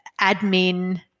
admin